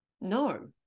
No